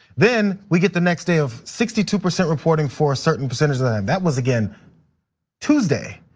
then we get the next day of sixty two percent reporting for a certain percentage of that. that was again tuesday.